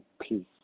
peace